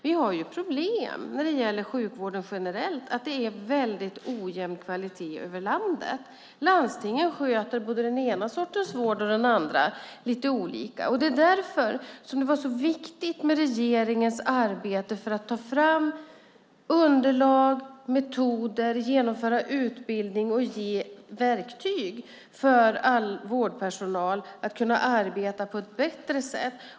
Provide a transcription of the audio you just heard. Vi har problemet när det gäller sjukvården generellt att det är väldigt ojämn kvalitet över landet. Landstingen sköter både den ena och den andra sortens vård lite olika. Det var därför som det var så viktigt med regeringens arbete för att ta fram underlag, metoder, genomföra utbildning och ge verktyg för vårdpersonal att kunna arbeta på ett bättre sätt.